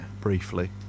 Briefly